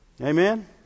Amen